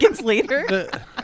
later